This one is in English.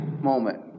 moment